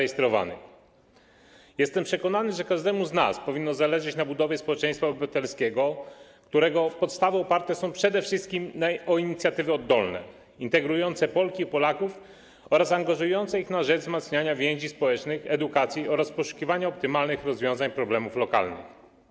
Jestem przekonany, że każdemu z nas powinno zależeć na budowie społeczeństwa obywatelskiego, które opiera się przede wszystkim na inicjatywie oddolnej, integrującej Polki i Polaków oraz angażującej ich na rzecz wzmacniania więzi społecznych, edukacji oraz poszukiwania optymalnych rozwiązań problemów lokalnych.